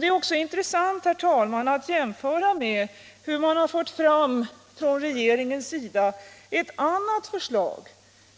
Det är också intressant att jämföra med ett annat förslag som regeringen fört fram,